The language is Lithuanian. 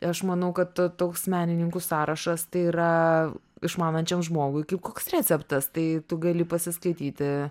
aš manau kad toks menininkų sąrašas tai yra išmanančiam žmogui kaip koks receptas tai tu gali pasiskaityti